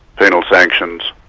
penal sanctions,